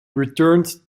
returned